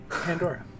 Pandora